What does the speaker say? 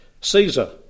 Caesar